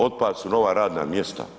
Otpad su nova radna mjesta.